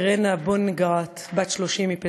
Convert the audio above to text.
אירנה בונגרט, בת 30, מפתח-תקווה,